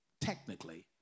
technically